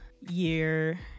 year